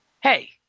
Hey